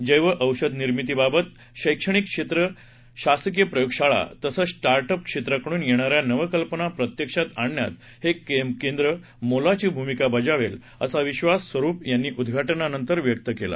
जध्यऔषधनिर्मितीबाबत शक्तणिक शेत्र शासकीय प्रयोगशाळा तसंच स्ट्रार्टअप क्षेत्राकडून येणाऱ्या नवकल्पना प्रत्यक्षात आणण्यात हे केंद्र मोलाची भूमिका बजावेल असा विश्वास स्वरुप यांनी उद्घाटनानंतर व्यक्त केला